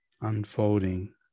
unfolding